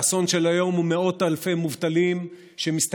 האסון של היום הוא מאות אלפי מובטלים שמסתכלים